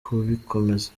kubikomeza